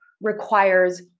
requires